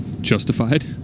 justified